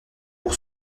pour